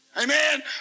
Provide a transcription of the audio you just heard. Amen